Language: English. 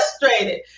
frustrated